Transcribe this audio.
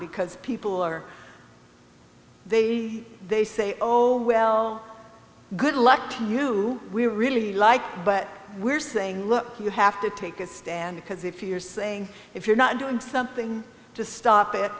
because people are they they say oh oh well good luck to you we really like but we're saying look you have to take a stand because if you're saying if you're not doing something to stop it